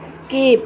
skip